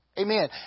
Amen